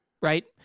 right